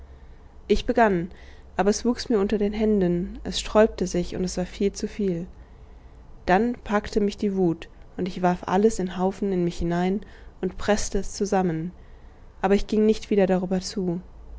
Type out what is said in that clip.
ich begann aber es wuchs mir unter den händen es sträubte sich es war viel zu viel dann packte mich die wut und ich warf alles in haufen in mich hinein und preßte es zusammen aber ich ging nicht wieder darüber zu